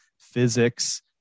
physics